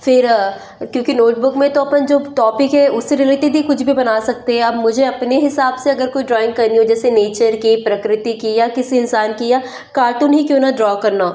फिर क्योंकि नोटबुक में तो अपन जो टॉपिक है उससे रिलेटेड ही कुछ भी बना सकते हैं आप मुझे अपने हिसाब से अगर कोई ड्रॉइंग करनी हो जैसे नेचर की प्रकृति की या किसी इंसान की या कार्टून ही क्यों ना ड्रॉ करना हो